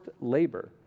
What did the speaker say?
labor